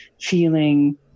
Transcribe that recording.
feeling